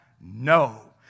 No